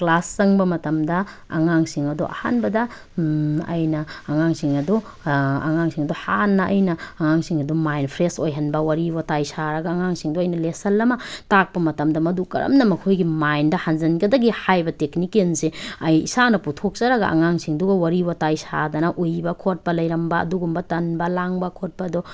class ꯆꯪꯕ ꯃꯇꯝꯗ ꯑꯉꯥꯡꯁꯤꯡ ꯑꯗꯣ ꯑꯍꯥꯟꯕꯗ ꯑꯩꯅ ꯑꯉꯥꯡꯁꯤꯡ ꯑꯗꯨ ꯑꯉꯥꯡꯁꯤꯡꯗꯨ ꯍꯥꯟꯅ ꯑꯩꯅ ꯑꯉꯥꯡꯁꯤꯡ ꯑꯗꯨ ꯃꯥꯏꯟ ꯐ꯭ꯔꯦꯁ ꯑꯣꯏꯍꯟꯕ ꯋꯥꯔꯤ ꯋꯥꯇꯥꯏ ꯁꯥꯔꯒ ꯑꯉꯥꯡꯁꯤꯡꯗꯣ ꯑꯩꯅ ꯂꯦꯁꯜ ꯑꯃ ꯇꯥꯛꯄ ꯃꯇꯝꯗ ꯃꯗꯨ ꯀꯔꯝꯅ ꯃꯗꯨ ꯀꯔꯝꯅ ꯃꯈꯣꯏꯒꯤ ꯃꯥꯏꯟꯗ ꯍꯥꯟꯖꯤꯟꯒꯗꯒꯦ ꯍꯥꯏꯕ ꯇꯦꯛꯅꯤꯛꯀꯦꯜꯁꯦ ꯑꯩ ꯏꯁꯥꯅ ꯄꯨꯊꯣꯛꯆꯔꯒ ꯑꯉꯥꯡꯁꯤꯡꯗꯨꯒ ꯋꯥꯔꯤ ꯋꯥꯇꯥꯏ ꯁꯥꯗꯅ ꯎꯏꯕ ꯈꯣꯠꯄ ꯂꯩꯔꯝꯕ ꯑꯗꯨꯒꯨꯝꯕ ꯇꯟꯕ ꯂꯥꯡꯕ ꯈꯣꯠꯄꯗꯣ